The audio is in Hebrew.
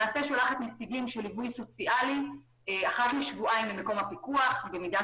היא שולחת נציגים של ליווי סוציאלי אחת לשבועיים למום הפיקוח במידה